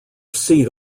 seat